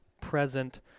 present